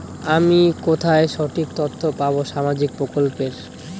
আমি কোথায় সঠিক তথ্য পাবো সামাজিক প্রকল্পের?